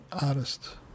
artist